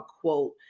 quote